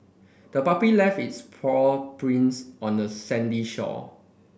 the puppy left its paw prints on the sandy shore